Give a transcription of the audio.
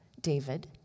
David